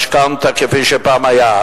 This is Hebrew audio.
משכנתה כפי שפעם היה.